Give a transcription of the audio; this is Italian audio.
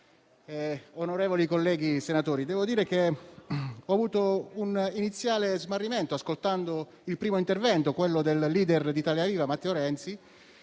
onorevoli colleghi senatori, devo dire che ho avuto un iniziale smarrimento ascoltando il primo intervento, quello del *leader* di Italia Viva Matteo Renzi.